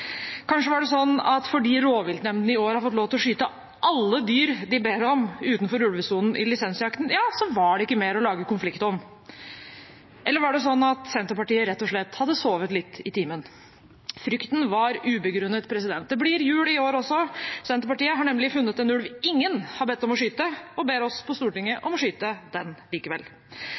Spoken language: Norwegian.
Kanskje var det sånn at fordi rovviltnemndene i år har fått lov til å skyte alle dyr de ba om utenfor ulvesonen i lisensjakten, så var det ikke mer å lage konflikt om? Eller var det sånn at Senterpartiet rett og slett hadde sovet litt i timen? Men frykten var ubegrunnet. Det blir jul i år også, Senterpartiet har nemlig funnet en ulv ingen har bedt om å skyte, og ber oss på Stortinget om å skyte den likevel.